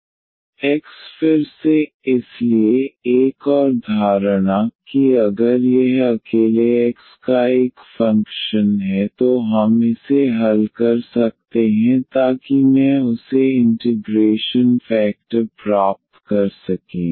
x फिर से इसलिए एक और धारणा कि अगर यह अकेले x का एक फंक्शन है तो हम इसे हल कर सकते हैं ताकि मैं उसे इंटिग्रेशन फेकटर प्राप्त कर सकें